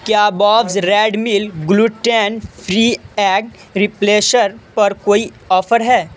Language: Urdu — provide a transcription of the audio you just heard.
کیا Bob's Red Mill gluten free egg replacer پر کوئی آفر ہے